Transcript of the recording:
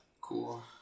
Cool